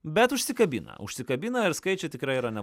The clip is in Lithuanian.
bet užsikabina užsikabina ir skaičiai tikrai yra ne